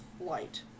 light